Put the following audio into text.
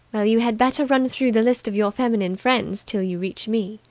well, you had better run through the list of your feminine friends till you reach me.